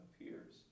appears